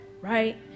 Right